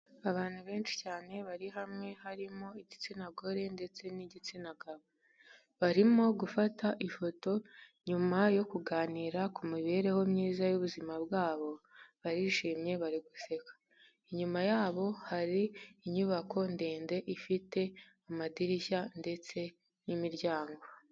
Abantu benshi cyane bari hamwe, harimo igitsina gore ndetse n'igitsina gabo. Barimo gufata ifoto nyuma yo kuganira ku mibereho myiza y'ubuzima bwabo, barishimye bari guseka. Inyuma yabo hari inyubako ndende ifite amadirishya ndetse n'imiryango.